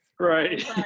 Right